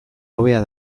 hobea